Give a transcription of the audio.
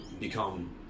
become